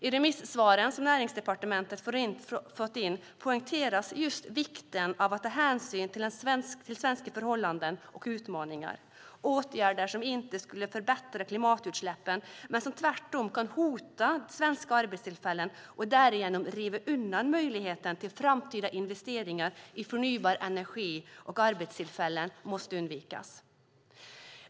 I remissvaren som Näringsdepartementet har fått in poängteras just vikten av att hänsyn tas till svenska förhållanden och utmaningar. Åtgärder som inte skulle förbättra klimatutsläppen utan som tvärtom kan hota svenska arbetstillfällen och därigenom riva undan möjligheterna till framtida investeringar i förnybar energi och arbetstillfällen måste undvikas.